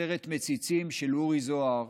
הסרט "מציצים" של אורי זוהר,